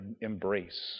embrace